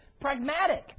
pragmatic